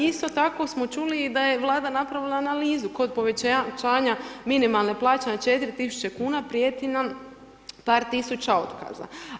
Isto tako smo čuli i da je Vlada napravila analizu kod povećanja minimalne plaće na 4000 kuna, prijeti nam par tisuća otkaza.